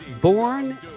Born